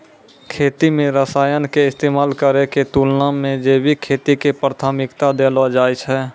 खेती मे रसायन के इस्तेमाल करै के तुलना मे जैविक खेती के प्राथमिकता देलो जाय छै